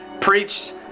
preached